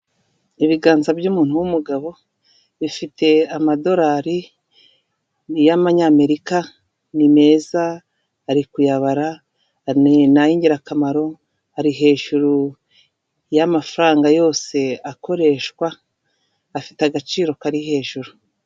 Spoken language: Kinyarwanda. Ibiganza by'umuntu w'umugabo, bifite amadorari ni ay'Abanyamerika, ni meza ari kuyabara ni ay'ingirakamaro, ari hejuru y'amafaranga yose akoreshwa, afite agaciro kari hejuru.